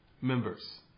members